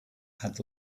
had